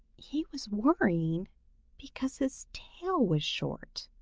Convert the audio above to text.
he was worrying because his tail was short.